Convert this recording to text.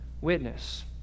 witness